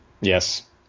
Yes